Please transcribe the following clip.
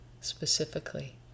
specifically